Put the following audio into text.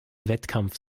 wettkampf